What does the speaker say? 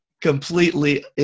completely